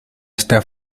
está